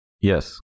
Yes